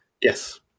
Yes